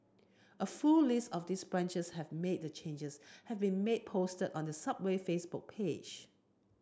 a full list of these branches have made the changes have remained posted on the Subway Facebook page